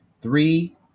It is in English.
three